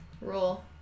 roll